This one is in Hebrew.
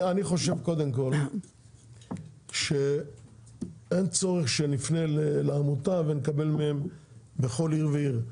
אני חושב קודם כל שאין צורך שנפנה לעמותה ונקבל מהם בכל עיר ועיר,